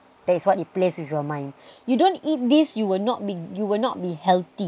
that is what it plays with your mind you don't eat this you will not be you will not be healthy